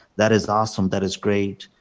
that is awesome. that is great.